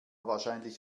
wahrscheinlich